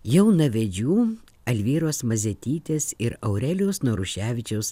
jaunavedžių alvyros mazetytės ir aurelijaus naruševičiaus